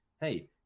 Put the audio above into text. hey